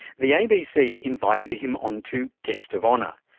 the abc invited him onto guest of honour,